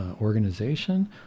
organization